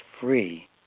free